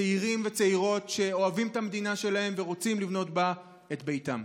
צעירים וצעירות שאוהבים את המדינה שלהם ורוצים לבנות בה את ביתם.